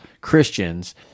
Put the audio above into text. Christians